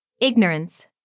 Ignorance